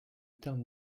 terme